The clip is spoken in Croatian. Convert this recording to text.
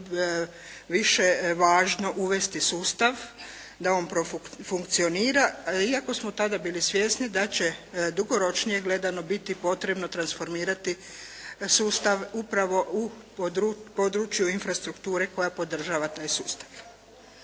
više važno uvesti sustav da on profunkcionira, iako smo tada bili svjesni da će dugoročnije gledano biti potrebno transformirati sustav upravo u području infrastrukture koja podržava taj sustav.